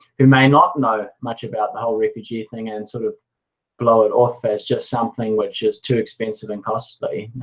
who may not know much about the whole refugee thing, and sort of blow it off as just something which is too expensive and costly